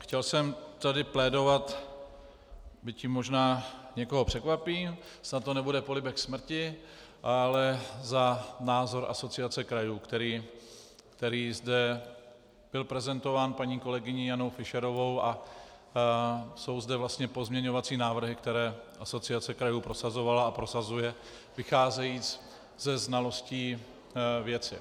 Chtěl jsem tady plédovat, byť tím možná někoho překvapím, snad to nebude polibek smrti, ale za názor Asociace krajů, který zde byl prezentován paní kolegyní Janou Fischerovou, a jsou zde vlastně pozměňovací návrhy, které Asociace krajů prosazovala a prosazuje, vycházejí ze znalostí věci.